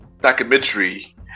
documentary